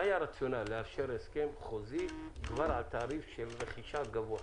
מה היה הרציונל לאשר הסכם חוזי שנקבע בו תעריף רכישה גבוה?